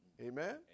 Amen